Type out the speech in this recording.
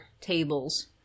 tables